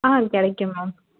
ஆ அது கிடைக்கும் மேம்